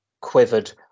quivered